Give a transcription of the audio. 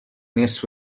نصف